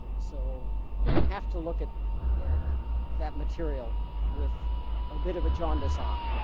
so you have to look at at that material with a bit of a jaundiced eye.